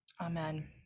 Amen